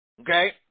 Okay